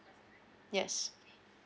yes